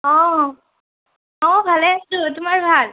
অঁ অঁ ভালে আছোঁ তোমাৰ ভাল